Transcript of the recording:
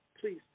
please